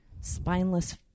spineless